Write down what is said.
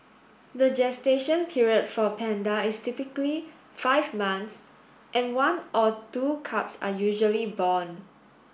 the gestation period for a panda is typically five months and one or two cubs are usually born